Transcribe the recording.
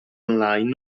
online